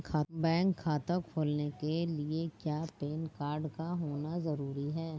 Bank खाता खोलने के लिए क्या पैन कार्ड का होना ज़रूरी है?